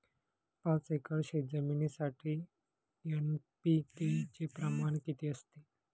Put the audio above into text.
पाच एकर शेतजमिनीसाठी एन.पी.के चे प्रमाण किती असते?